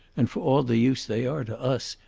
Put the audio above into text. and, for all the use they are to us,